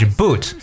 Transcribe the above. boot